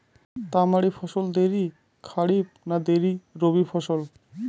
তামারি ফসল দেরী খরিফ না দেরী রবি ফসল?